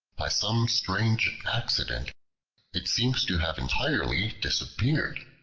by some strange accident it seems to have entirely disappeared,